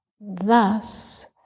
thus